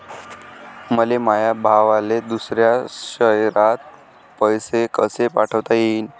मले माया भावाले दुसऱ्या शयरात पैसे कसे पाठवता येईन?